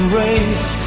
race